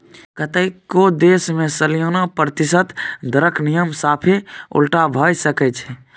कतेको देश मे सलियाना प्रतिशत दरक नियम साफे उलटा भए सकै छै